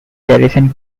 garrison